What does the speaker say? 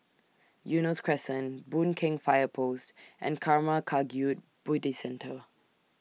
Eunos Crescent Boon Keng Fire Post and Karma Kagyud Buddhist Centre